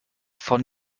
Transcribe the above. von